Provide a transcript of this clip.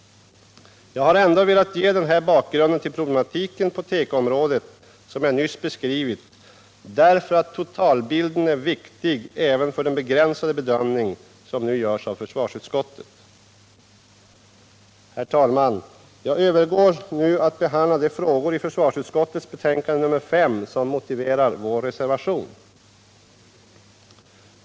Jag har ändå velat ge den bakgrund till problematiken på tekoområdet som jag nyss beskrivit därför att totalbilden är viktig även för den begränsade bedömning som nu görs av försvarsutskottet. Herr talman! Jag övergår till att behandla de frågor i försvarsutskottets betänkande nr 5 som motiverar vår reservation.